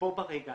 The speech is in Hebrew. בו ברגע.